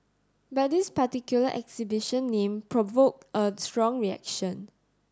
but this particular exhibition name provoked a strong reaction